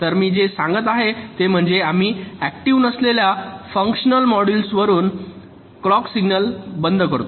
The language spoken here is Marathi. तर मी जे सांगत आहे ते म्हणजे आम्ही ऍक्टिव्ह नसलेल्या फंक्शनल मॉड्यूल्स वरून क्लॉक सिग्नल बंद करतो